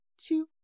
two